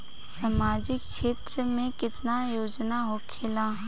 सामाजिक क्षेत्र में केतना योजना होखेला?